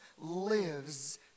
lives